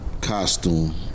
Costume